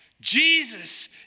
Jesus